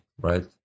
right